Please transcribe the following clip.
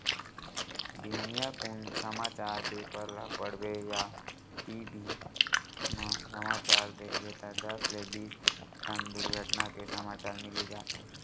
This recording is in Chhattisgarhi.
बिहनिया कुन समाचार पेपर ल पड़बे या टी.भी म समाचार देखबे त दस ले बीस ठन दुरघटना के समाचार मिली जाथे